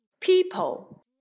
People